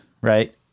right